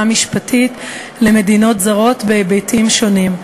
משפטית למדינות זרות בהיבטים שונים.